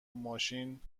ماشین